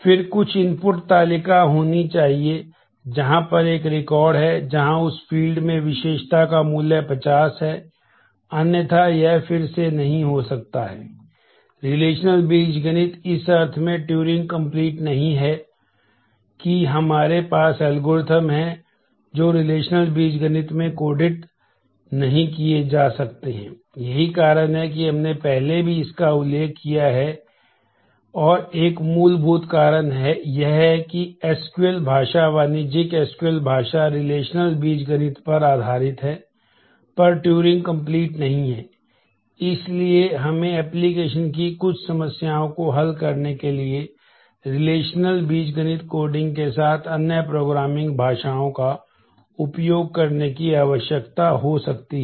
फिर कुछ इनपुट भाषाओं का उपयोग करने की आवश्यकता हो सकती है